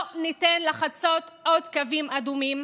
לא ניתן לחצות עוד קווים אדומים